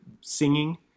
singing